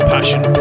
Passion